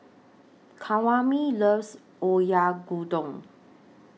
Kwame loves Oyakodon